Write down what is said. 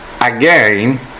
again